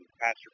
pastor